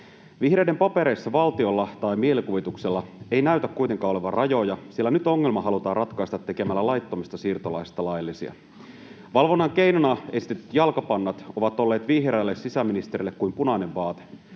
Vihreiden papereissa valtiolla tai mielikuvituksella ei näytä kuitenkaan olevan rajoja, sillä nyt ongelma halutaan ratkaista tekemällä laittomista siirtolaisista laillisia. Valvonnan keinona esitetyt jalkapannat ovat olleet vihreälle sisäministerille kuin punainen vaate.